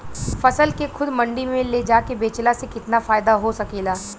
फसल के खुद मंडी में ले जाके बेचला से कितना फायदा हो सकेला?